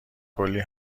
کلی